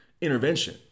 intervention